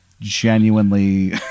genuinely